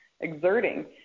exerting